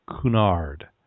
Cunard